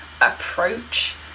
approach